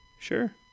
sure